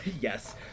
Yes